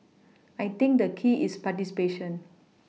I think the key is participation